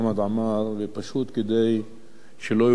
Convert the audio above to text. כדי שלא יובן לא נכון,